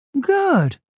Good